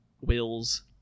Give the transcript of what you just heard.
wills